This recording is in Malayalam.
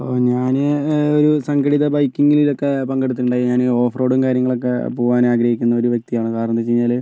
ഇപ്പോൾ ഞാന് ഒരു സംഘടിത ബൈക്കിങ്ങിൽ ഒക്കെ പങ്ക് എടുത്തിട്ട് ഉണ്ട് ഞാന് ഓഫ് റോഡും കാര്യങ്ങളൊക്കെ പോകാൻ ആഗ്രഹിക്കുന്ന ഒരു വ്യക്തിയാണ് കാരണം എന്ന് വെച്ച് കഴിഞ്ഞാല്